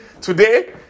today